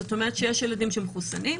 זאת אומרת, שיש ילדים שמחוסנים,